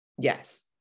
yes